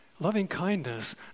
Loving-kindness